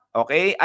okay